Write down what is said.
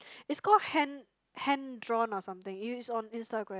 it's called hand hand drawn or something it's on Instagram